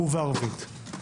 ובערבית.